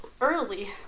early